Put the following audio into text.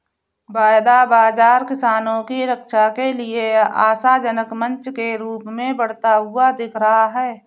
वायदा बाजार किसानों की रक्षा के लिए आशाजनक मंच के रूप में बढ़ता हुआ दिख रहा है